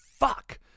fuck